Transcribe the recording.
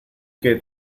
que